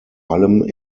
allem